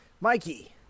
mikey